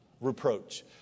Reproach